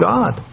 God